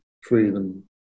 freedom